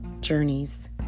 journeys